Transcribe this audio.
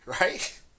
right